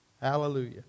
Hallelujah